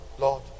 Lord